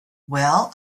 well